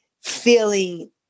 feeling